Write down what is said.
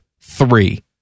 three